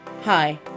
Hi